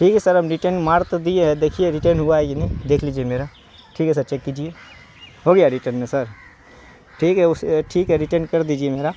ٹھیک ہے سر ہم ریٹین مار تو دیے ہیں دیکھیے ریٹین ہوا ہے کہ نہیں دیکھ لیجیے میرا ٹھیک ہے سر چیک کیجیے ہو گیا ہے ریٹرن میں سر ٹھیک ہے اس ٹھیک ہے ریٹین کر دیجیے میرا